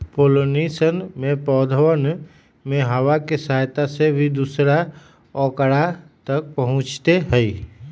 pollination में पौधवन में हवा के सहायता से भी दूसरा औकरा तक पहुंचते हई